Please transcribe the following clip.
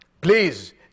Please